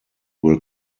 will